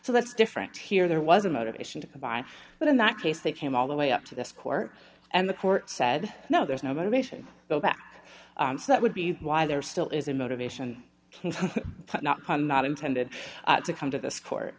so that's different here there was a motivation to provide but in that case they came all the way up to this court and the court said no there's no motivation to go back that would be why there still is a motivation not come not intended to come to this court